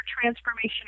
transformation